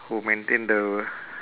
who maintain the